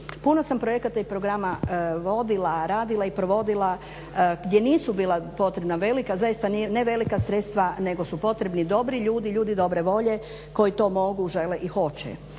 puno sam projekata i programa vodila, radila i provodila gdje nisu bila potrebna velika, zaista ne velika sredstva nego su potrebni dobri ljudi, ljudi dobre volje koji to mogu, žele i hoće.